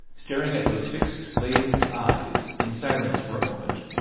staring at those fixed glazed eyes, in silence for a moment,